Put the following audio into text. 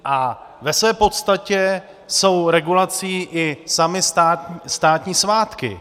A ve své podstatě jsou regulací i samy státní svátky.